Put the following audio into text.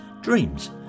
Dreams